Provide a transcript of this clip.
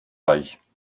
reich